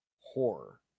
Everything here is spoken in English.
horror